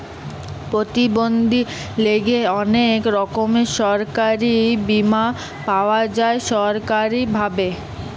প্রতিবন্ধীদের লিগে অনেক রকমের সরকারি বীমা পাওয়া যায় সরকারি ভাবে